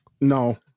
No